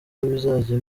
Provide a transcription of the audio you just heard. bizajya